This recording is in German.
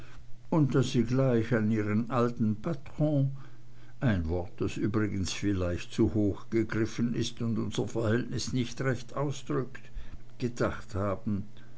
und daß sie gleich an ihren alten patron ein wort das übrigens vielleicht zu hoch gegriffen ist und unser verhältnis nicht recht ausdrückt gedacht haben